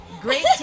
Great